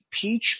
peach